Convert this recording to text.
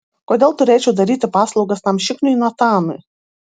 kodėl turėčiau daryti paslaugas tam šikniui natanui